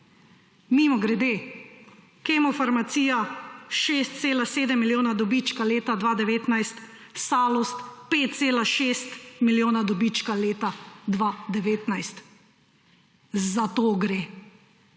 Mimogrede, Kemofarmacija 6,7 milijona dobička leta 2019, Salus 5,6 milijona dobička leta 2019. Za to gre